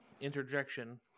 interjection